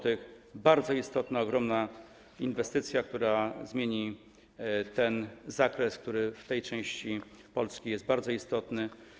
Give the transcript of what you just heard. To bardzo istotna, ogromna inwestycja, która zmieni ten zakres, który w tej części Polski jest bardzo istotny.